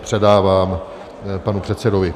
Předávám panu předsedovi.